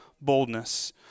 boldness